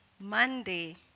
Monday